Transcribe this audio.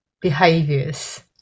behaviors